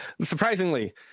Surprisingly